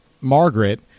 Margaret